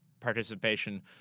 participation